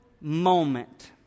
moment